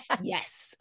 Yes